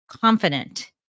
confident